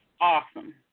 Awesome